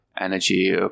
energy